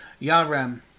Yarem